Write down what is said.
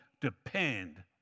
depend